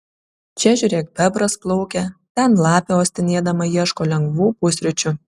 čia žiūrėk bebras plaukia ten lapė uostinėdama ieško lengvų pusryčių